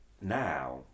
now